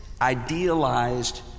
idealized